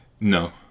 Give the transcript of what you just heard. No